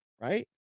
right